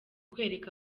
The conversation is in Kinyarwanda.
kwereka